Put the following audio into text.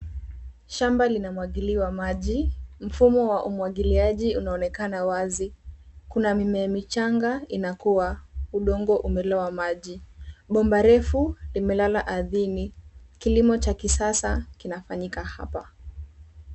Shamba linamwagiliwa maji. Mfumo wa umwagiliaji unaonekana wazi. Kuna mimea michanga inakuwa, udongo umelowwa maji. Bomba refu limelala ardhini. Kilimo cha kisasa kinafanyika hapa.